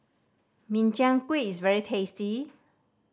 Min Chiang Kueh is very tasty